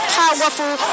powerful